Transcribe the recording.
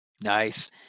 nice